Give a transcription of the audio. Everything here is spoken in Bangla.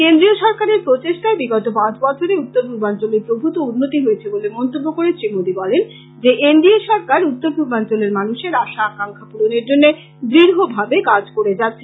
কেন্দ্রীয় সরকারের প্রচেষ্টায় বিগত পাঁচ বছরে উত্তরপূর্বাঞ্চলের প্রভূত উন্নতি হয়েছে বলে মন্তব্য করে শ্রী মোদী বলেন যে এন ডি এ সরকার উত্তরপূর্বাঞ্চলের মানুষের আশা আকাঙ্খা পূরণের জন্য দ্ঢ়ভাবে কাজ করে যাচ্ছে